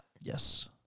yes